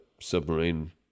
submarine